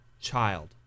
child